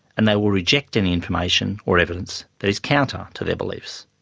and they will reject any information or evidence that is counter to their beliefs.